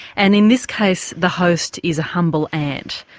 and in this case the host is a humble ant.